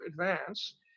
advance